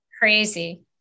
Crazy